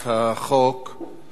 אין הסתייגויות,